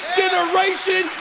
generation